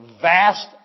vast